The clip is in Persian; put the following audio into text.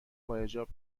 باحجاب